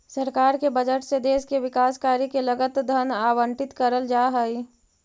सरकार के बजट से देश के विकास कार्य के लगल धन आवंटित करल जा हई